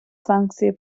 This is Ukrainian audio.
санкції